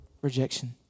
rejection